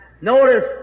Notice